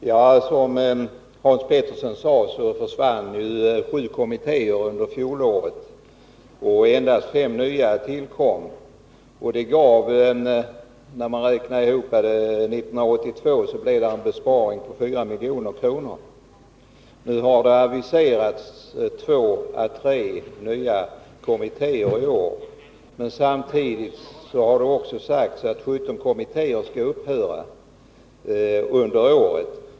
Herr talman! Som Hans Pettersson i Helsingborg sade försvann 7 kommittéer under fjolåret och endast 5 nya tillkom. Det motsvarar en besparing på 4 milj.kr. för 1982. Nu har 2 å 3 nya kommittéer aviserats i år, men samtidigt har det sagts att 17 kommittéer skall upphöra under året.